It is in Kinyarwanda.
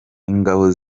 ingabo